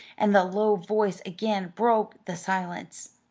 and the low voice again broke the silence.